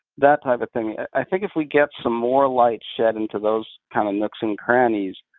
that type of thing. i think if we get some more light shed into those kind of nooks and crannies,